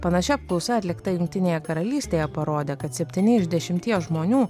panaši apklausa atlikta jungtinėje karalystėje parodė kad septyni iš dešimties žmonių